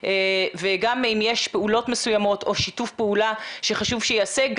וגם אם יש פעולות מסוימות או שיתוף פעולה שחשוב שייעשה,